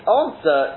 answer